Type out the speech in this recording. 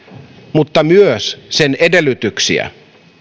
mutta myös sen edellytyksiä